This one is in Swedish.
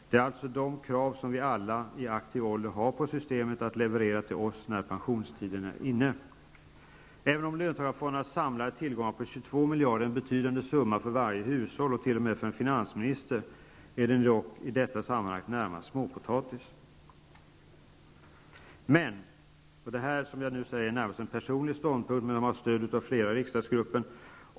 Det är alltså de krav som vi alla i aktiv ålder har på systemet att leverera till oss när pensionstiden är inne. Även om löntagarfondernas samlade tillgångar på 22 miljarder kronor är en betydande summa för ett hushåll, och t.o.m. för en finansminister, är den dock i detta sammanhang närmast småpotatis. Vad jag nu säger är närmast en personlig ståndpunkt, som jag har stöd för av flera i riksdagsgruppen.